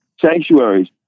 sanctuaries